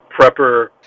prepper